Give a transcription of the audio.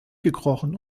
gekrochen